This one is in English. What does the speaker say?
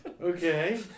Okay